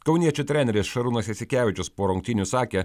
kauniečių treneris šarūnas jasikevičius po rungtynių sakė